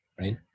Right